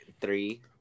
three